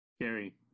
Gary